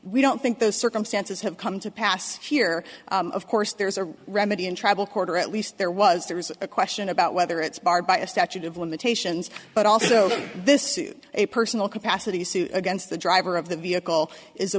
we don't think those circumstances have come to pass here of course there's a remedy in tribal court or at least there was there was a question about whether it's barred by a statute of limitations but also this suit a personal capacity suit against the driver of the vehicle is